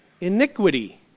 Iniquity